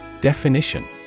Definition